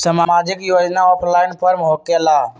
समाजिक योजना offline form होकेला?